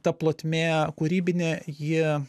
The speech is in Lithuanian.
ta plotmė kūrybinė ji